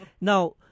Now